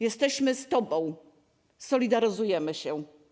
Jesteśmy z tobą, solidaryzujemy się.